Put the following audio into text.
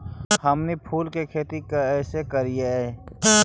हमनी फूल के खेती काएसे करियय?